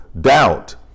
doubt